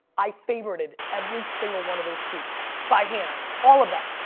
i favorited every single one of those tweets by hand. all of them.